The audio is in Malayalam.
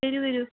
വരൂ വരൂ